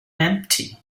empty